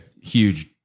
huge